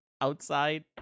outside